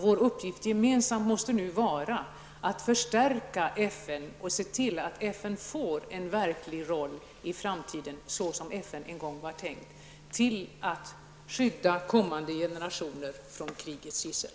Vår gemensamma uppgift måste nu vara att förstärka FN och se till att FN får en verklig roll i framtiden så som FN en gång var tänkt för att skydda kommande generationer från krigets gissel.